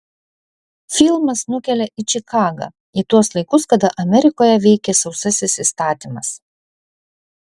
filmas nukelia į čikagą į tuos laikus kada amerikoje veikė sausasis įstatymas